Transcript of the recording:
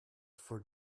for